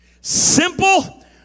Simple